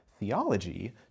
theology